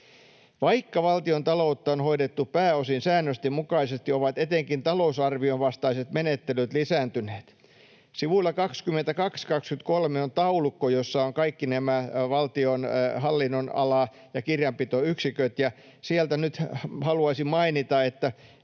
Vaikka valtion taloutta on hoidettu pääosin säännösten mukaisesti, ovat etenkin talousarvion vastaiset menettelyt lisääntyneet.” Sivuilla 22 ja 23 on taulukko, jossa ovat kaikki nämä valtion hallinnonala- ja kirjanpitoyksiköt, ja sieltä nyt haluaisin mainita, että